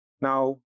Now